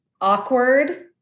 awkward